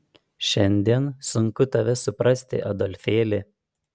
šiandien sunku tave suprasti adolfėli